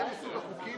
נאשם בשוחד,